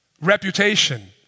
reputation